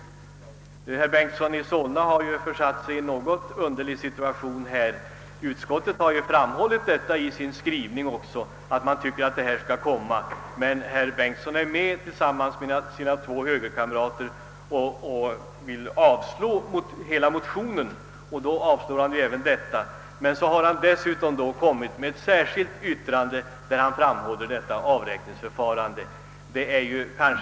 Herr Bengtson i Solna har dock försatt sig i en något underlig situation. Utskottet har ju i sin skrivning framhållit att man tycker att ett sådant nytt avräkningsförfarande borde införas, men herr Bengtson och två andra högermän avstyrker hela motionen, alltså även i den del där detta uttalande görs. Därför har herr Bengtson måst avge ett särskilt yttrande, i vilket han framhållit att avräkningsförfarandet är otillfredsställande.